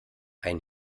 ein